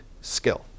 skill